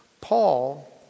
Paul